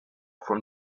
from